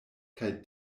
kaj